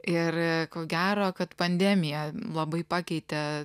ir ko gero kad pandemija labai pakeitė